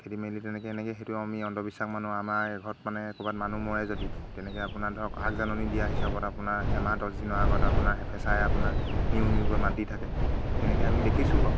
খেদি মেলি তেনেকৈ এনেকৈ সেইটো আমি অন্ধবিশ্বাস মানোঁ আমাৰ এঘৰত মানে ক'ৰবাত মানুহ মৰে যদি তেনেকৈ আপোনাৰ ধৰক আগজাননি দিয়া হিচাপত আপোনাৰ এমাহ দহদিনৰ আগত আপোনাৰ ফেঁচাই আপোনাৰ নিউ নিউ কৈ মাত দি থাকে তেনেকৈ আমি দেখিছোঁও বাৰু